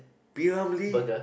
burger